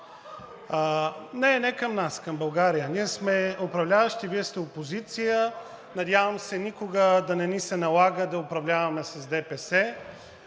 Не към нас – към България. Ние сме управляващи. Вие сте опозиция. Надявам се, никога да не ни се налага да управляваме с ДПС,